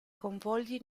convogli